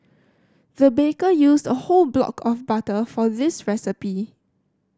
the baker used a whole block of butter for this recipe